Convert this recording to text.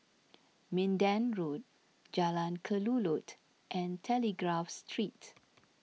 Minden Road Jalan Kelulut and Telegraph Street